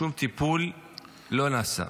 שום טיפול לא נעשה.